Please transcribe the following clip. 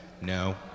No